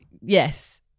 yes